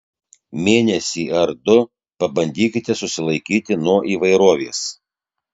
mėnesį ar du pabandykite susilaikyti nuo įvairovės